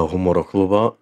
humoro klubo